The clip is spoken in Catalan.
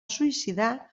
suïcidar